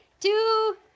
two